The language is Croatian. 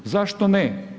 Zašto ne?